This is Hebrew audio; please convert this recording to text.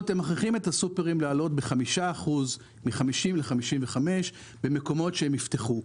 הם מכריחים את הסופרים להעלות ב-5% מ-50 ל-55 במקומות שהם יפתחו.